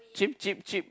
cheap cheap cheap